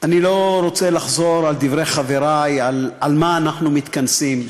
אני לא רוצה לחזור על דברי חברי על מה אנחנו מתכנסים.